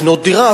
לקנות דירה,